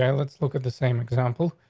yeah let's look at the same example.